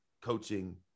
coaching